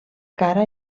cara